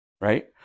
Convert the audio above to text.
Right